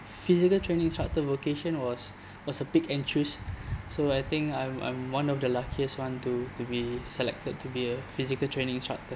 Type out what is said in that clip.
physical training instructor vocation was was a pick and choose so I think I'm I'm one of the luckiest one to to be selected to be a physical training instructor